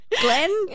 Glenn